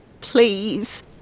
please